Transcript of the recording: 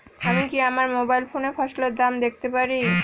আমি কি আমার মোবাইল ফোনে ফসলের দাম দেখতে পারি?